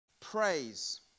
Praise